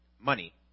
Money